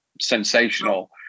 sensational